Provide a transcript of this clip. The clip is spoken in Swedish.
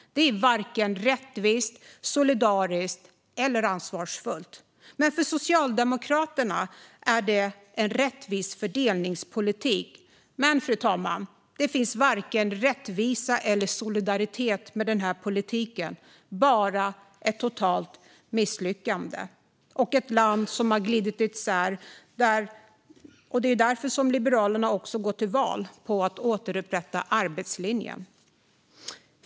Det är varken rättvist, solidariskt eller ansvarsfullt. För Socialdemokraterna är det en rättvis fördelningspolitik. Men, fru talman, det finns varken rättvisa eller solidaritet med den här politiken, bara ett totalt misslyckande och ett land som har glidit isär. Det är därför Liberalerna går till val på att återupprätta arbetslinjen.